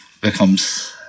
becomes